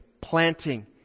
planting